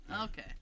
Okay